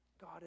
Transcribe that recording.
God